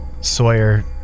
Sawyer